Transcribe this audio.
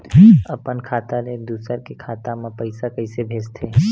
अपन खाता ले दुसर के खाता मा पईसा कइसे भेजथे?